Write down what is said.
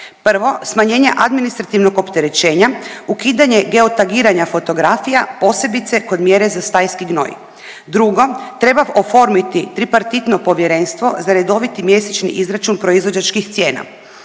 1. Smanjenje administrativnog opterećenja, ukidanje geotagiranja fotografija posebice kod mjere za stajski gnoj. 2. Treba oformiti tripartitno povjerenstvo za redoviti mjesečni izračun proizvođačkih cijena.